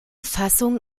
fassung